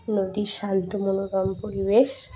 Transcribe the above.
নদীর শান্ত মনোরম পরিবেশ